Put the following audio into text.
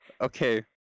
okay